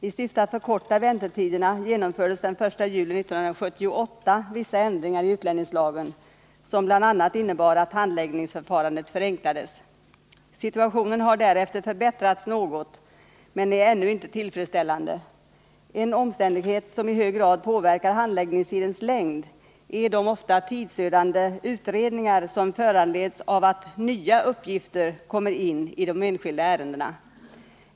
I syfte att förkorta väntetiderna genomfördes den 1 juli 1978 vissa ändringar i utlänningslagen som bl.a. innebar att handläggningsförfarandet förenklades. Situationen har därefter förbättrats något men är ännu inte tillfredsställande. En omständighet som i hög grad påverkar handläggningstidens längd är de ofta tidsödande utredningar som föranleds av att nya uppgifter kommer in i de enskilda ärendena.